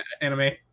anime